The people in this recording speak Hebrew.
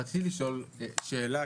רציתי לשאול שאלה,